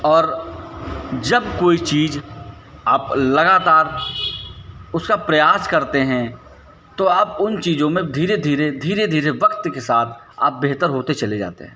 और जब कोई चीज़ आप लगातार उसका प्रयास करते हैं तो आप उन चीज़ों में धीरे धीरे धीरे धीरे वक्त के साथ आप बेहतर होते चले जाते हैं